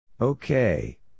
Okay